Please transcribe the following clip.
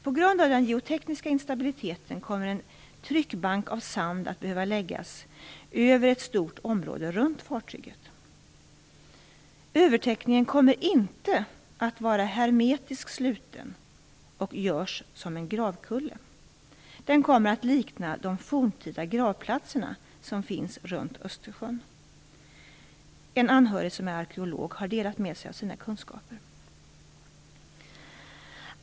På grund av den geotekniska instabiliteten kommer en tryckbank av sand att behöva läggas över ett stort område runt fartyget. Övertäckningen kommer inte att vara hermetiskt sluten. Den görs som en gravkulle. Den kommer att likna de forntida gravplatserna som finns runt Östersjön. En anhörig som är arkeolog har delat med sig av sina kunskaper.